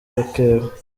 abakeba